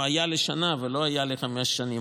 היה לשנה ולא היה לחמש שנים,